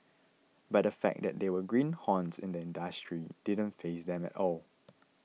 but the fact that they were greenhorns in the industry didn't faze them at all